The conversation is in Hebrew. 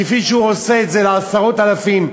כפי שהוא עושה לעשרות אלפים,